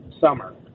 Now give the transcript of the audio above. summer